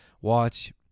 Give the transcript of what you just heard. watch